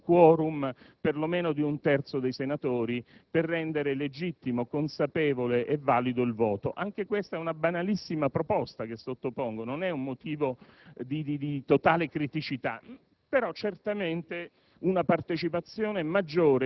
forse meriterebbe un *quorum* per lo meno di un terzo dei senatori per rendere legittimo, consapevole e valido il voto. Anche questa è una banalissima proposta che sottopongo, non è un motivo di totale criticità,